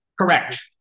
Correct